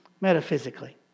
metaphysically